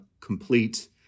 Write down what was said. complete